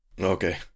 Okay